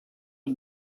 but